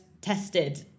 tested